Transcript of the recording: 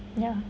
ya